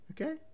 Okay